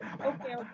Okay